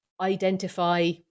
identify